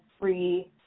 free